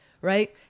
right